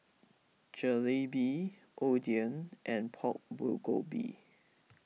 Jalebi Oden and Pork Bulgogi